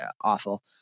awful